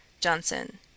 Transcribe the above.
JOHNSON